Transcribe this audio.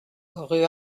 rue